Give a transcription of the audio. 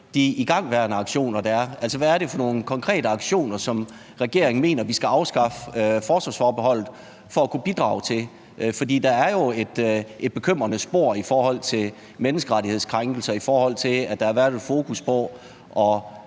de igangværende aktioner, der er. Altså, hvad er det for nogle konkrete aktioner, som regeringen mener vi skal afskaffe forsvarsforbeholdet for at kunne bidrage til? For der er jo et bekymrende spor i forhold til menneskerettighedskrænkelser, og i forhold til at der har været et fokus på at